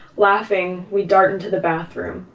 laughing, we dart into the bathroom,